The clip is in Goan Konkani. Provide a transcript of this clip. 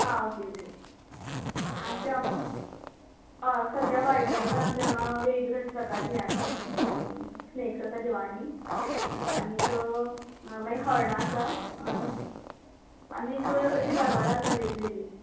हां ओके ओके आमच्या हांगा हय सद्द्या वायल्ड लायफान आमच्या हांगा वेगवेगळ्या प्रकारचें यें आसा स्नेक्स आसा जिवांणी आनीक मागीर हरणां आसा आनी आनीक अशीं जनावरां आसा वेगवेगळीं